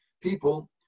people